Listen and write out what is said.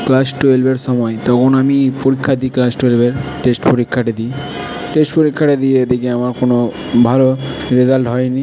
class টুয়েলভের সময় তো তখন আমি পরীক্ষা দিই ক্লাস টুয়েলভে টেস্ট পরীক্ষাটা দিই টেস্ট পরীক্ষাটা দিয়ে দেখি আমার কোনো ভালো রেসাল্ট হয় নি